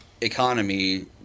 economy